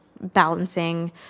balancing